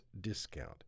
discount